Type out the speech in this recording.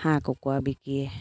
হাঁহ কুকুৰা বিকিয়ে